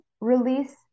release